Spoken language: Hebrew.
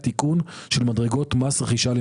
אני חושב שהתיקון מבורך ונכון,